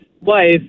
wife